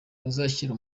bazashyira